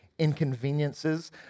inconveniences